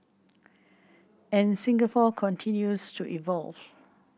and Singapore continues to evolve